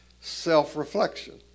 self-reflection